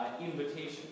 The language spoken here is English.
invitation